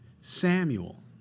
Samuel